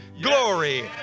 glory